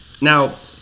Now